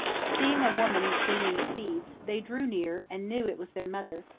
seeing a woman gleaning seeds, they drew near, and knew it was their mother,